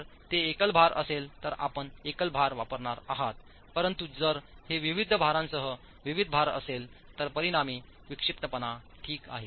जर ते एकल भार असेल तर आपण एकल भार वापरणार आहात परंतु जर हे विविध भारांसह विविध भार असेल तर परिणामी विक्षिप्तपणा ठीक आहे